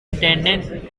attended